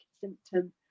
symptom